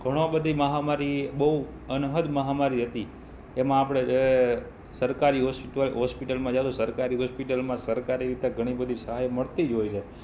ઘણો બધી માહામારી બહુ અનહદ મહામારી હતી એમાં આપણે સરકારી હોસ્પિટલમાં સરકારી હોસ્પિટલમાં સરકારી રીતે ઘણી બધી સહાય મળતી જ હોય છે